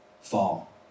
fall